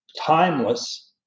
timeless